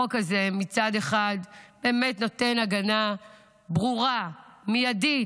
החוק הזה, מצד אחד באמת נותן הגנה ברורה, מיידית,